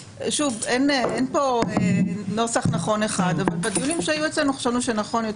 אין כאן נוסח נכון אחד אבל בדיונים שהיו אצלנו חשבנו שנכון יותר